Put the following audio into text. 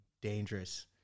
dangerous